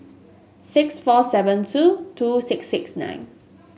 six four seven two two six six nine